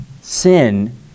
sin